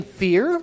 fear